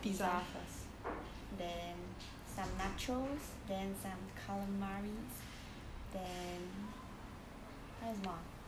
pizza first then some nachos then some calamaris then 还有什么啊